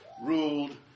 ruled